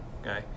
Okay